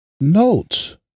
notes